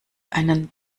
einen